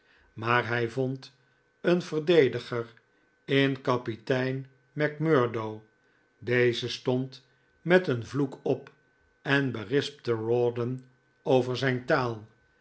maar hij vond een verdediger in kapitein macmurdo deze stond met een vloek op en berispte rawdon over zijn taal